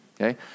okay